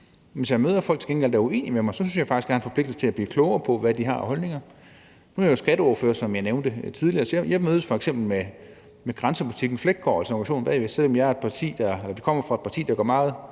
til gengæld møder folk, der er uenige med mig, synes jeg faktisk, jeg har en forpligtelse til at blive klogere på, hvad de har af holdninger. Nu er jeg jo skatteordfører, som jeg nævnte tidligere, så jeg mødes f.eks. med grænsebutikken Fleggaard, altså organisationen bagved, selv om jeg kommer fra et parti, der går meget